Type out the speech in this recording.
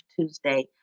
Tuesday